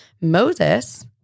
Moses